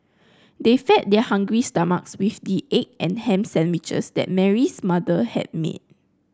they fed their hungry stomachs with the egg and ham sandwiches that Mary's mother had made